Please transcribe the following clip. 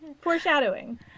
Foreshadowing